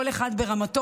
כל אחד ברמתו,